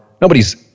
Nobody's